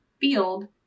field